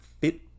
fit